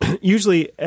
usually